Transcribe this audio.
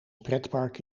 pretpark